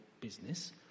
business